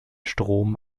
strom